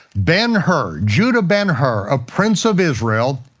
ben-hur, judah ben-hur, a prince of israel,